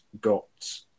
got